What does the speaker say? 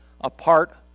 apart